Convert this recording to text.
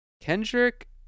Kendrick